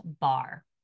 bar